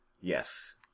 Yes